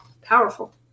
Powerful